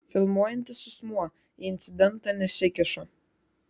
filmuojantis asmuo į incidentą nesikiša